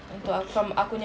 okay